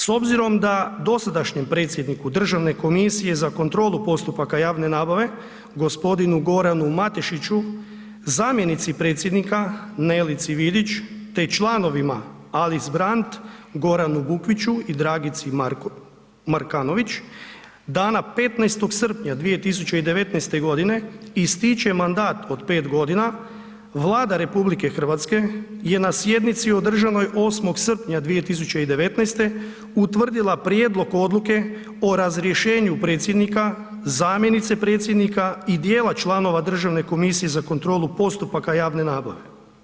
S obzirom da dosadašnjem predsjedniku Državne komisije za kontrolu postupaka javne nabave, g. Goranu Matešiću, zamjenici predsjednika Nekici Vidić te članovima Alis Brand, Goranu Bukviću i Dragici Markanović, dana 15. srpnja 2019. ističe mandat od 5 g., Vlada RH je na sjednici održanoj 8. srpnja 2019., utvrdila prijedlog odluke o razrješenju predsjednika, zamjenice predsjednika i djela članova Državne komisije za kontrolu postupaka javne nabave.